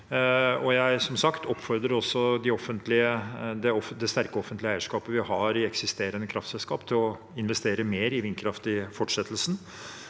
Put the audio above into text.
jeg oppfordrer som sagt også det sterke offentlige eierskapet vi har i eksisterende kraftselskap til å investere mer i vindkraft i fortsettelsen.